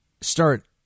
start